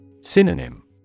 Synonym